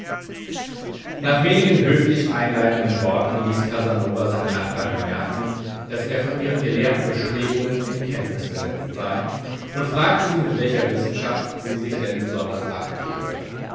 nach wenigen höflich einleitenden worten ließ casanova seine nachbarin merken daß er von ihren gelehrten bestrebungen in kenntnis gesetzt sei und fragte sie mit welcher wissenschaft sie sich denn besonders abgebe